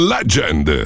Legend